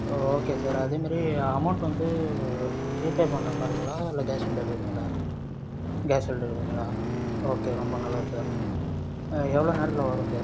ஓ okay sir அதே மேரி amount வந்து ஜிபே பண்ணுற மாதிரிங்களா இல்லை கேஷ் ஆன் டெலிவரிங்களா கேஷ் ஆன் டெலிவரிங்களா ஓகே ரொம்ப நல்லது சார் எவ்வளவு நேரத்தில் வரும் சார்